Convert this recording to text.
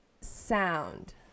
sound